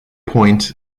point